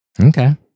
Okay